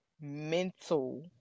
mental